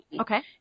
Okay